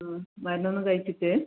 മരുന്ന് ഒന്നും കഴിച്ചിട്ടില്ലേ